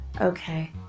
Okay